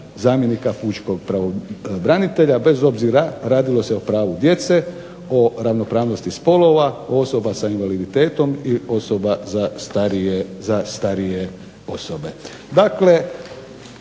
zamjenika pučkog pravobranitelja, bez obzira radilo se o pravu djece, ravnopravnosti spolova osoba sa invaliditetom i osoba za starije osobe.